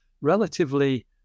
relatively